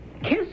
Kiss